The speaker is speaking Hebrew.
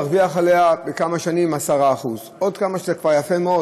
להרוויח עליה בכמה שנים 10% זה כבר יפה מאוד,